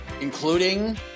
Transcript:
including